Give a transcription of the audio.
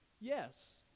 yes